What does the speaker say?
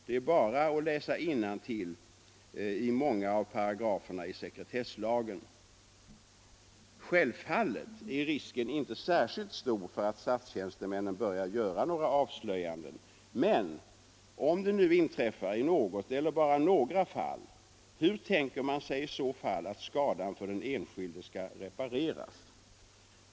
Det är bara att läsa innantill i många av paragraferna i sekretesslagen. Självfallet är risken inte särskilt stor för att statstjänstemännen börjar göra några avslöjanden. Men om det nu inträffar i något eller några fall, hur tänker man sig att skadan för den enskilde skall repareras?